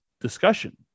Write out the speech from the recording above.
discussion